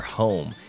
home